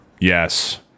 yes